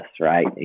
right